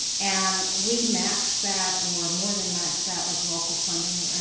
and we match that, or more than match that, with local funding, right?